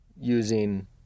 using